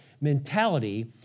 mentality